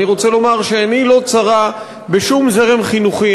אני רוצה לומר שעיני לא צרה בשום זרם חינוכי.